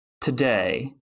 today